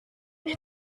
ich